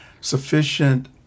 sufficient